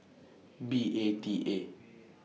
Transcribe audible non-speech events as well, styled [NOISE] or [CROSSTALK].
B A T A [NOISE]